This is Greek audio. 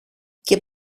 και